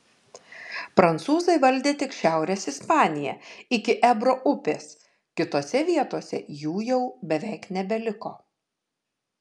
prancūzai valdė tik šiaurės ispaniją iki ebro upės kitose vietose jų jau beveik nebeliko